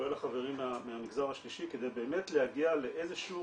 כולל החברים מהמגזר השלישי כדי באמת להגיע לאיזה שהוא